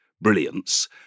brilliance